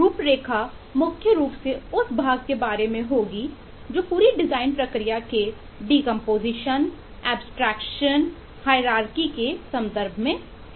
रूपरेखा मुख्य रूप से उस भाग के बारे में होगी जो पूरी डिजाइन प्रक्रिया के डीकंपोजिशन के संदर्भ में है